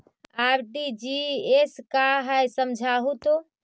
RTGS का है समझाहू तो?